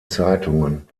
zeitungen